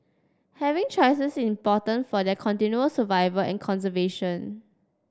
having choices is important for their continual survival and conservation